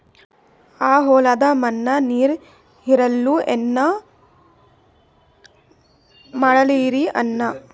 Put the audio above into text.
ಆ ಹೊಲದ ಮಣ್ಣ ನೀರ್ ಹೀರಲ್ತು, ಏನ ಮಾಡಲಿರಿ ಅಣ್ಣಾ?